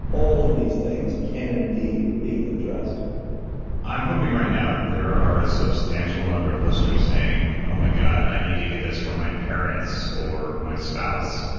all of these things can indeed be addressed i'm hoping right now there are a substantial number of listeners saying, oh my god i need to get this for my parents, or my spouse,